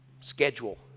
schedule